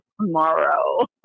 tomorrow